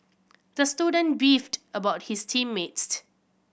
the student beefed about his team mates